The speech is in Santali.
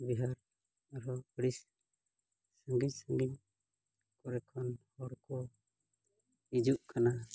ᱵᱤᱦᱟᱨ ᱟᱨᱦᱚᱸ ᱟᱹᱰᱤ ᱥᱟᱺᱜᱤᱧ ᱥᱟᱺᱜᱤᱧ ᱠᱚᱨᱮ ᱠᱷᱚᱱ ᱦᱚᱲ ᱠᱚ ᱦᱤᱡᱩᱜ ᱠᱟᱱᱟ